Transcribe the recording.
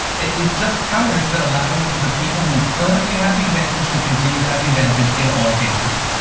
it's just cowardice that allows the people who currently have the advantage to continue to have the advantage in all cases.